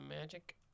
Magic